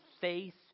faith